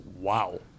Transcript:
wow